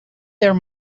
there